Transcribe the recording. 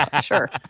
sure